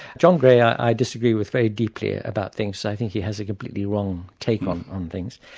john gray i disagree with very deeply about things, i think he has a completely wrong take on on things.